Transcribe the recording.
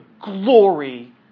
glory